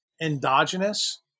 endogenous